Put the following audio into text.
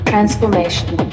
transformation